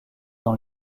dans